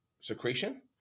secretion